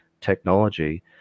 technology